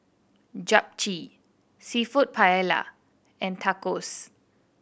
Japchae Seafood Paella and Tacos